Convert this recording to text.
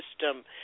system